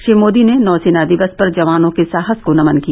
श्री मोदी ने नौसेना दिवस पर जवानों के साहस को नमन किया